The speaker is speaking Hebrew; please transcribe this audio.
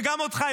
וגם אותך,